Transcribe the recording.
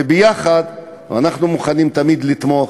וביחד אנחנו מוכנים תמיד לתמוך,